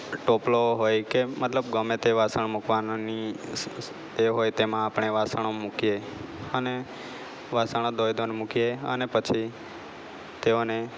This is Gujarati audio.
ટોપલો હોય કે મતલબ ગમે તે વાસણ મૂકવાનાની તે હોય તેમાં આપણે વાસણો મૂકીએ અને વાસણો ધોઈ ધોઈને મૂકીએ અને પછી તેઓને